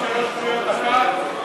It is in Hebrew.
במקום שלוש קריאות, אחת?